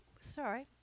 sorry